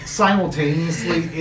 simultaneously